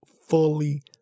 fully